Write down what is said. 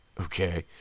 Okay